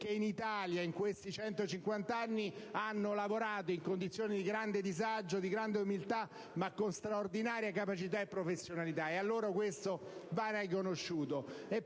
che in Italia in questi 150 anni hanno lavorato in condizioni di grande disagio e con grande umiltà, ma con straordinarie capacità e professionalità. Credo che questo merito